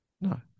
no